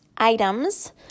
items